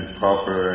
proper